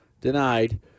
denied